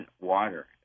water